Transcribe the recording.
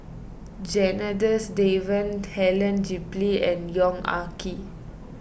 Janadas Devan Helen Gilbey and Yong Ah Kee